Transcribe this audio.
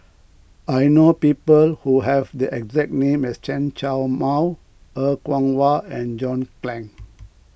I know people who have the exact name as Chen Show Mao Er Kwong Wah and John Clang